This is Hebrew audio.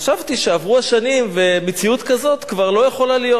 חשבתי שעברו השנים ומציאות כזאת כבר לא יכולה להיות.